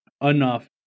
enough